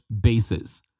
bases